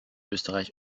österreich